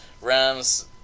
Rams